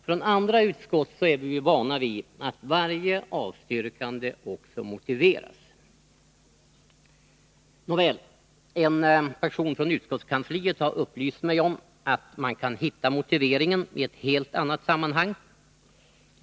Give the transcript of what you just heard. Från andra utskott är vi ju vana vid att varje avstyrkande också motiveras. Nåväl, en person från utskottskansliet har upplyst mig om att man kan hitta motiveringen i ett helt annat sammanhang.